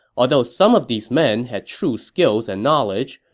although some of these men had true skills and knowledge,